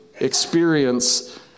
experience